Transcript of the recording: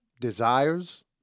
desires